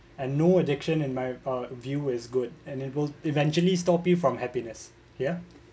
and no addiction in my uh view is good enable eventually stop you from happiness yeah